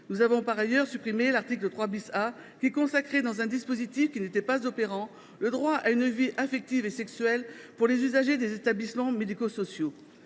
Nous avons par ailleurs supprimé l’article 3 A, lequel consacrait, dans un dispositif inopérant, le droit à une vie affective et sexuelle pour les usagers des établissements médico sociaux.